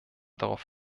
darauf